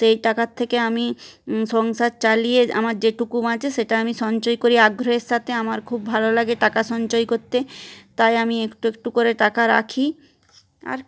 সেই টাকার থেকে আমি সংসার চালিয়ে আমার যেটুকু বাঁচে সেটা আমি সঞ্চয় করি আগ্রহের সাথে আমার খুব ভালো লাগে টাকা সঞ্চয় করতে তাই আমি একটু একটু করে টাকা রাখি আর